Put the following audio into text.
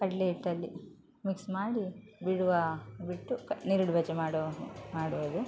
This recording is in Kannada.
ಕಡ್ಲೆಹಿಟ್ಟಲ್ಲಿ ಮಿಕ್ಸ್ ಮಾಡಿ ಬಿಡುವ ಬಿಟ್ಟು ಕ್ ನೀರುಳ್ಳಿ ಬಜೆ ಮಾಡೋ ಮಾಡುವುದು